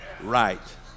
Right